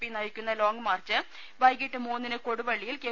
P നയിക്കുന്ന long march വൈകീട് മൂന്നിന് കൊടുവള്ളിയിൽ കെ